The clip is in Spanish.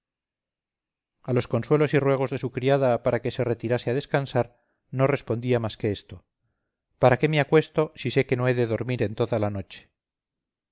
ruegos de su criada para que se retirase a descansar no respondía más que esto para qué me acuesto si sé que no he dormir en toda la noche